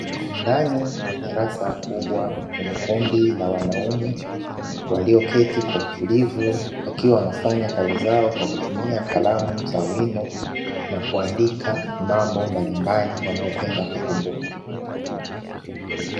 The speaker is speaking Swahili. Ndani ya darasa kubwa, kuna kundi kubwa la wanaume walioketi kwa utulivu, wakiwa wanafanya kazi zao kwa kutumia kalamu za wino na kuandika mambo mbalimbali wanayopenda kukumbuka.